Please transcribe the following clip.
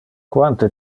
quante